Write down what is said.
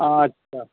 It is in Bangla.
আচ্ছা